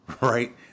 right